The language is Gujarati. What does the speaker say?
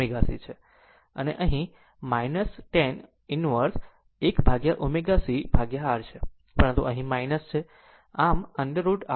આમ આ અહીં tan inverse 1 upon ω c R છે પરંતુ અહીં છે